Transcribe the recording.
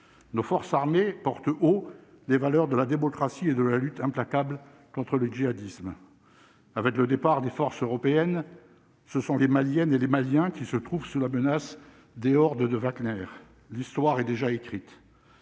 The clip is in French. nos forces armées porte haut les valeurs de la démocratie et de la lutte implacable contre le djihadisme avec le départ des forces européennes, ce sont les Maliennes et les Maliens qui se trouve sous la menace d'hors de, de Wagner, l'histoire est déjà écrite,